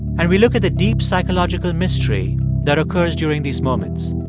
and we look at the deep psychological mystery that occurs during these moments.